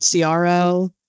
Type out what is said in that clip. CRO